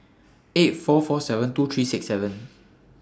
eight four four seven two three six seven